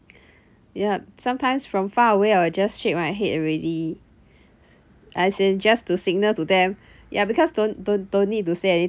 yup sometimes from far away I will just shake my head already as in just to signal to them ya because don't don't don't need to say any